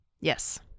yes